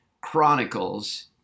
Chronicles